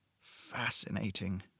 Fascinating